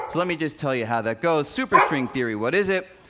let me just tell you how that goes. superstring theory what is it?